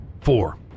Four